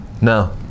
No